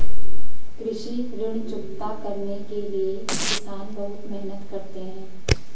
कृषि ऋण चुकता करने के लिए किसान बहुत मेहनत करते हैं